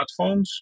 smartphones